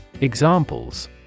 Examples